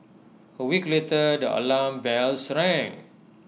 A week later the alarm bells rang